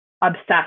obsessed